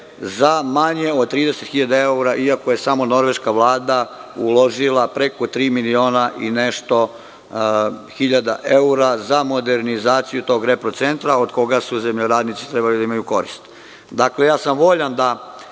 za manje od 30.000 evra, iako je samo norveška vlada uložila preko tri miliona i nešto hiljada evra za modernizaciju tog reprocentra, od koga su zemljoradnici trebali da imaju korist. Ja sam voljan da